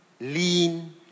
Lean